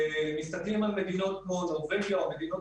כשמתסכלים על מדינות כמו נורבגיה או מדינות